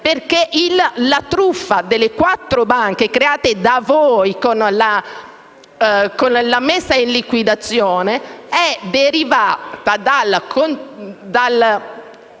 perché la truffa delle quattro banche create da voi con la messa in liquidazione è derivata dal concedere